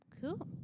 Cool